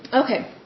Okay